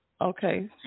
Okay